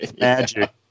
Magic